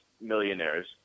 millionaires